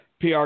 PR